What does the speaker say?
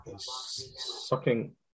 sucking